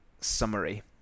summary